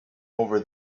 over